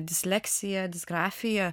disleksiją disgrafiją